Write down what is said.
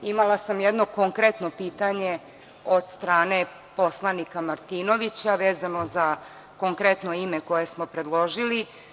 Imala sam jedno konkretno pitanje od strane poslanika Martinovića, vezano za konkretno ime koje smo predložili.